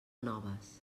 noves